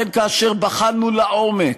ולכן, כאשר בחנו לעומק,